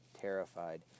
terrified